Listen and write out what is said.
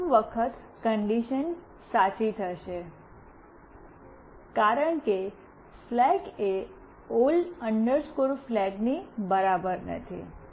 પ્રથમ વખત કન્ડિશન્સ સાચી થશે કારણ કે ફ્લેગ એ ઓલ્ડ ફ્લેગ ની બરાબર નથી